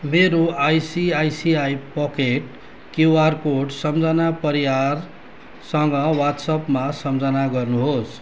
मेरो ICICI pocket QR code सम्झना परियारसँग वाट्सएपमा सम्झना गर्नुहोस्